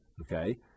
okay